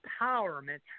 empowerment